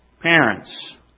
parents